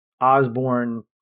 Osborne